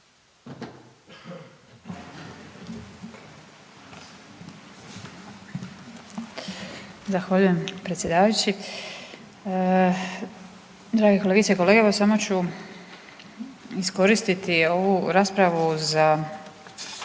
Zahvaljujem predsjedavajući. Drage kolegice i kolege evo samo ću iskoristiti ovu raspravu za